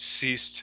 ceased